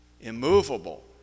immovable